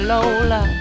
Lola